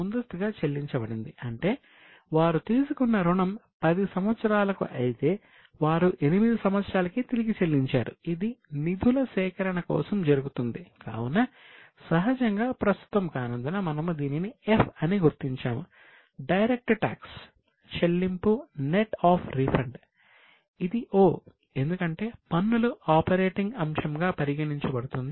ముందస్తుగా చెల్లించిన non current borrowings అంశంగా పరిగణించబడుతుంది